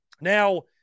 Now